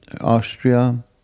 Austria